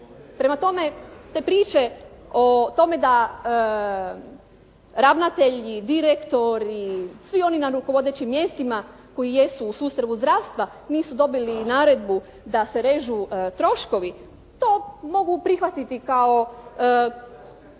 prema tome te priče o tome da ravnatelji, direktori, svi oni na rukovodećim mjestima koji jesu u sustavu zdravstva nisu dobili naredbu da se režu troškovi. To mogu prihvatiti kao,